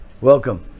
Welcome